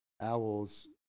owls